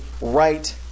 right